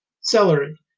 Celery